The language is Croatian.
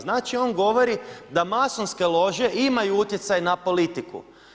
Znači on govori da masonske lože imaju utjecaj na politiku.